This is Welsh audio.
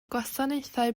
gwasanaethau